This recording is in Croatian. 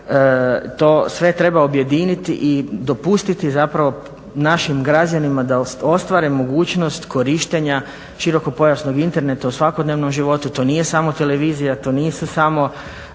to sve treba objediniti i dopustiti zapravo našim građanima da ostvare mogućnost korištenja širokopojasnog interneta u svakodnevnom životu, to nije samo televizija, to nisu